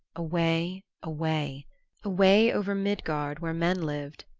away, away away over midgard where men lived,